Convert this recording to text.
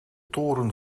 toren